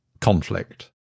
conflict